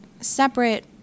separate